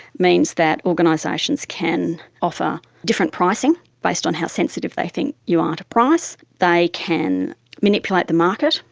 means that organisations can offer different pricing based on how sensitive they think you are to price. they can manipulate the market.